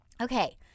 Okay